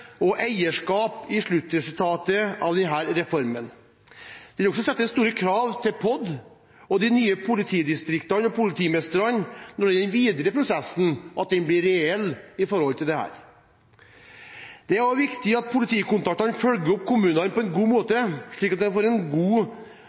og eierskap til sluttresultatet av denne reformen. Det vil også stilles store krav til POD og de nye politidistriktene og politimestrene i den videre prosessen, at den blir reell i forhold til dette. Det er også viktig at politikontaktene følger opp kommunene på en god måte, slik at det blir en god